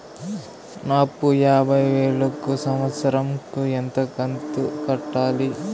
నా అప్పు యాభై వేలు కు సంవత్సరం కు ఎంత కంతు కట్టాలి?